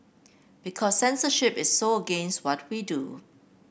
because censorship is so against what we do